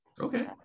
Okay